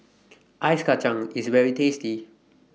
Ice Kacang IS very tasty